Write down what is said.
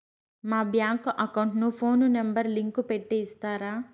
మా bank account కు phone number link పెట్టి ఇస్తారా?